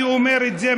אני אומר את זה,